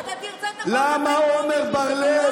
אתה תרצה את החוק כמו מישהו שזה לא המדיניות שלו?